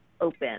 open